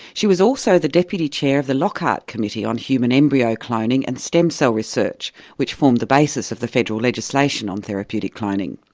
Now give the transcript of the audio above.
she was also the deputy chair of the lockhart committee on human embryo cloning and stem cell research which formed the basis of the federal legislation on therapeutic cloning.